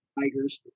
tigers